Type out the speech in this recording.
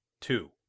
Two